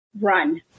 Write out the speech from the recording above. run